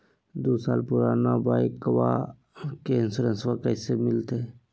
दू साल पुराना बाइकबा के इंसोरेंसबा कैसे मिलते?